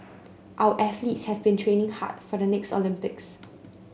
our athletes have been training hard for the next Olympics